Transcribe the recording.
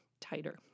tighter